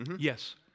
Yes